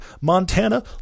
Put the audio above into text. Montana